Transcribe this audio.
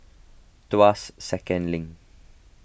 Tuas Second Link